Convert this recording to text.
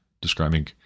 describing